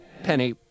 Penny